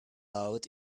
out